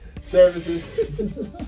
Services